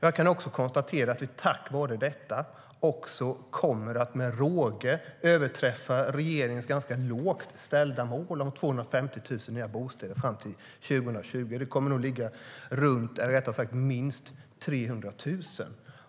Jag kan också konstatera att vi tack vare detta också med råge kommer att överträffa regeringens ganska lågt ställda mål om 250 000 nya bostäder fram till 2020. Nu kommer det att bli minst 300 000 bostäder.